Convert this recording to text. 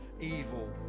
evil